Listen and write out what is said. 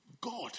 God